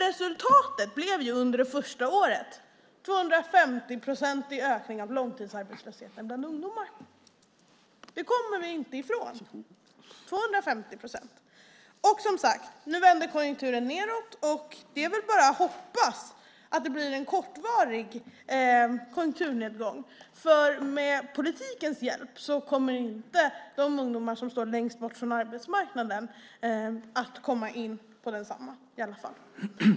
Resultatet blev under det första året en 250-procentig ökning av långtidsarbetslösheten bland ungdomar. Det kommer vi inte ifrån. Nu vänder konjunkturen nedåt. Det är bara att hoppas att det blir en kortvarig konjunkturnedgång. De ungdomar som står längst bort på arbetsmarknaden kommer i alla fall inte att komma in på densamma med politikens hjälp.